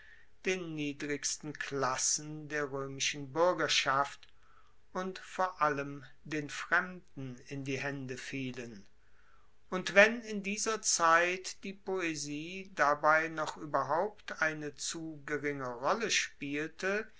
den niedrigsten klassen der roemischen buergerschaft und vor allem den fremden in die haende fielen und wenn in dieser zeit die poesie dabei noch ueberhaupt eine zu geringe rolle spielte